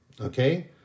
okay